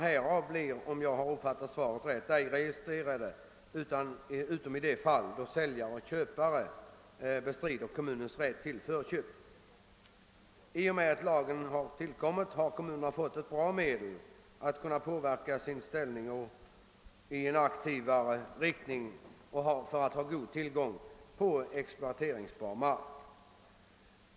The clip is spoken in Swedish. Köpen blir, om jag uppfattat svaret rätt, ej registrerade utom i de fall då säljare och köpare bestrider kommunens rätt till förköp. I och med lagens tillkomst har kommunerna fått ett bra medel att utöva en aktivare verksamhet för att få god tillgång på exploateringsbar mark.